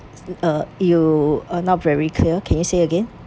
uh you are not very clear can you say again